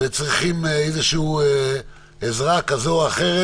והם צריכים עזרה כזאת או אחרת?